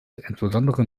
insbesondere